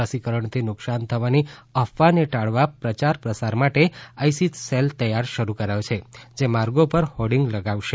રસીકરણથી નુકસાન થવાની અફવાને ટાળવા પ્રચાર પ્રસાર માટે આઈસી સેલ તૈયાર કરાયો છે જે માર્ગો પર હોર્ડિંગ લગાવશે